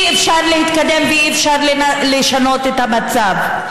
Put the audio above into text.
אי-אפשר להתקדם ואי-אפשר לשנות את המצב.